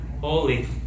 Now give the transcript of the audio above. holy